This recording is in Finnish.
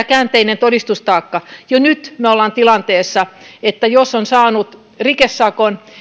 käänteinen todistustaakka jo nyt me olemme tilanteessa että jos on saanut rikesakon